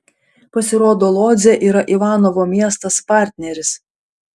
pasirodo lodzė yra ivanovo miestas partneris